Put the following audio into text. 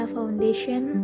Foundation